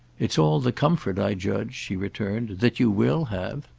it's all the comfort, i judge, she returned, that you will have!